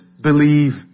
believe